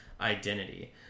identity